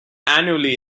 annually